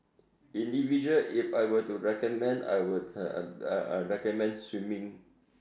individual if I were to recommend I would uh recommend swimming